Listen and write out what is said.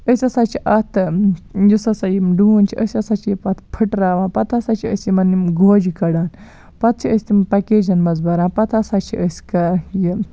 أسۍ ہسا چھِ اَتھ یُس ہسا یِم ڈوٗنۍ چھِ أسۍ ہسا چھِ پَتہٕ پھٹراوان پَتہٕ ہسا چھِ أسۍ یِمن یِم گوجہِ کَڑان پَتہٕ چھِ أسۍ تِم پیٚکیجن منٛز بران پَتہٕ ہسا چھِ أسۍ کران یِم